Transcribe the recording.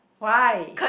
why